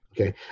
Okay